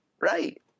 right